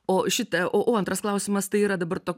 o šita o o antras klausimas tai yra dabar to